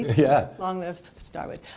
yeah. love live the starwood.